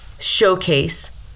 Showcase